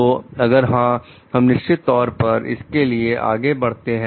तो अगर हां हम निश्चित तौर पर इसके लिए आगे बढ़ते हैं